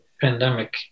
pandemic